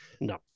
No